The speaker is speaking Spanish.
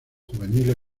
juveniles